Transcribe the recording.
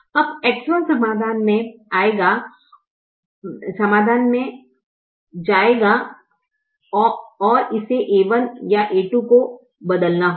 अब X1 समाधान में आ जाएगा और इसे a1 या a2 को बदलना होगा